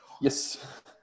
Yes